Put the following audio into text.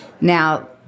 Now